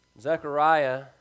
Zechariah